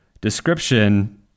description